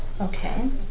Okay